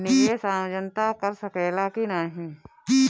निवेस आम जनता कर सकेला की नाहीं?